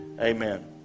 amen